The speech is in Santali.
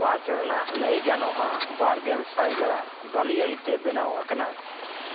ᱯᱟᱨᱠ ᱨᱮᱭᱟᱜ ᱞᱟᱹᱭ ᱜᱟᱱᱚᱜᱼᱟ ᱵᱟᱨᱜᱮᱞ ᱥᱟᱭ ᱠᱟᱲᱟ ᱵᱟᱹᱞᱤᱭᱟᱹᱲᱤ ᱛᱮ ᱵᱮᱱᱟᱣ ᱟᱠᱟᱱᱟ